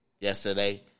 yesterday